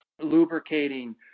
lubricating